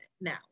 now